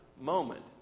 moment